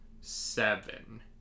seven